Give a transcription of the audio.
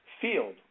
field